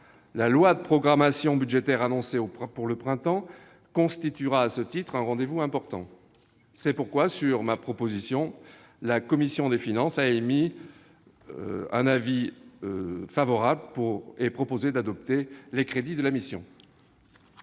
La loi de programmation budgétaire annoncée pour le printemps constituera, à ce titre, un rendez-vous important. C'est pourquoi, mes chers collègues, sur ma proposition, la commission des finances a émis un favorable sur les crédits de la mission